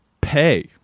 pay